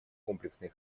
комплексный